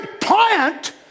plant